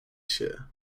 się